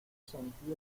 sentí